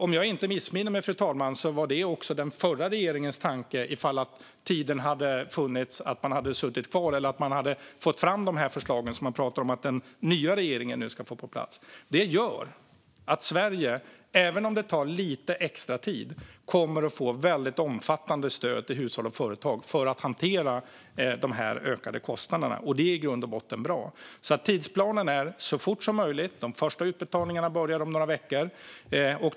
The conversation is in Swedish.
Om jag inte missminner mig, fru talman, var det också den förra regeringens tanke ifall tiden hade funnits, om man hade suttit kvar eller fått fram de förslag som man pratar om att den nya regeringen nu ska få på plats. Detta gör att Sverige, även om det tar lite extra tid, kommer att få väldigt omfattande stöd till hushåll och företag för att hantera de ökade kostnaderna. Det är i grund och botten bra. Tidsplanen är: så fort som möjligt. De första utbetalningarna börjar om några veckor.